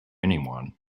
anyone